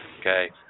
Okay